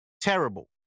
Terrible